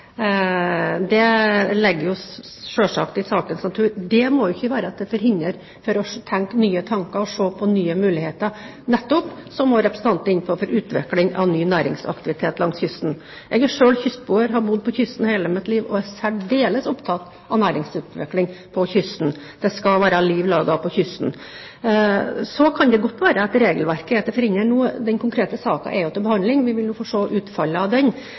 Det ligger, selvfølgelig, i sakens natur. Det må jo ikke være til hinder for å tenke nye tanker og se på nye muligheter nettopp for utvikling av ny næringsaktivitet langs kysten, som også representanten er inne på. Jeg er selv kystboer, har bodd ved kysten hele mitt liv, og er særdeles opptatt av næringsutvikling langs kysten. Det skal være liv laga ved kysten. Så kan det godt være at regelverket er til hinder nå. Den konkrete saken er jo til behandling, vi vil få se utfallet av den.